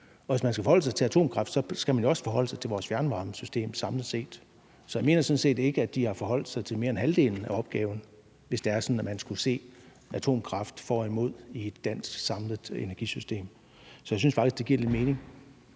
Hvis man skal forholde sig til atomkraft, skal man også forholde sig til vores fjernvarmesystem samlet set. Så jeg mener sådan set ikke, at de har forholdt sig til mere end halvdelen af opgaven, hvis det er sådan, at man skulle se på fordele og ulemper ved atomkraft i et samlet dansk energisystem. Så jeg synes faktisk, at det giver lidt mening.